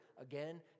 again